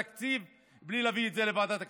מהתקציב בלי להביא את זה לוועדת הכספים.